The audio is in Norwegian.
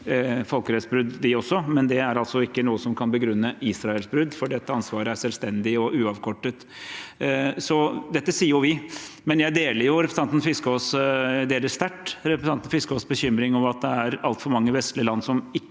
men det er altså ikke noe som kan begrunne Israels brudd, for dette ansvaret er selvstendig og uavkortet. Dette sier jo vi. Og jeg deler sterkt representanten Fiskaas bekymring over at det er altfor mange vestlige land som ikke